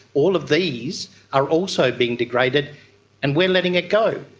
all of these are also being degraded and we are letting it go.